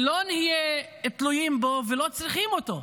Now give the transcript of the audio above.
לא נהיה תלויים בו ולא נצטרך אותו,